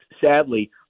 sadly